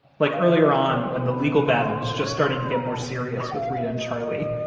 like earlier on when the legal battle was just starting to get more serious with reta and charlie,